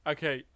Okay